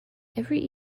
every